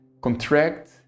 contract